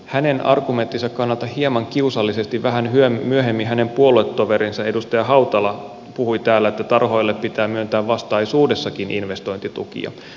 hänen argumenttinsa kannalta hieman kiusallisesti vähän myöhemmin hänen puoluetoverinsa edustaja hautala puhui täällä että tarhoille pitää myöntää vastaisuudessakin investointitukia